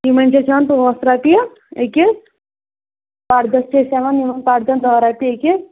یِمن گژھ ہن پانٛژھ رۄپیہِ أکِس پردن چھِ أسۍ ہیوان یِمن پردن دہ رۄپیہِ أکِس